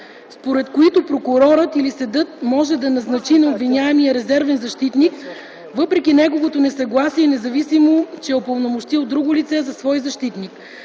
според които прокурорът или съдът може да назначи на обвиняемия резервен защитник въпреки неговото несъгласие и независимо, че е упълномощил друго лице за свой защитник.